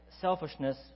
selfishness